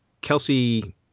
kelsey